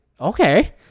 okay